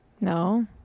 No